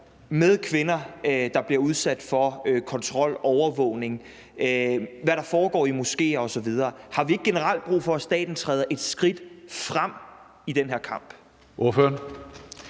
til kvinder, der bliver udsat for kontrol og overvågning, og hvad der foregår i moskéer osv.? Har vi ikke generelt brug for, at staten træder et skridt frem i den her kamp?